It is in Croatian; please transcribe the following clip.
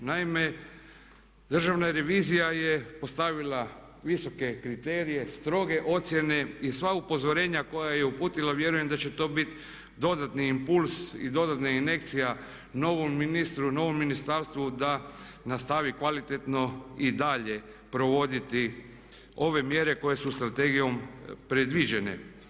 Naime, državna revizija je postavila visoke kriterije, stroge ocjene i sva upozorenja koja je uputila vjerujem da će to biti dodatni impuls i dodatna injekcija novom ministru, novom ministarstvu da nastavi kvalitetno i dalje provoditi ove mjere koje su strategijom predviđene.